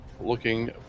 Looking